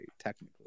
technically